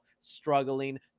struggling